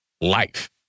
life